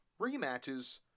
rematches